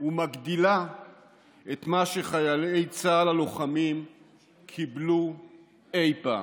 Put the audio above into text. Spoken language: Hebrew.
ומגדילה את מה שחיילי צה"ל הלוחמים קיבלו אי-פעם.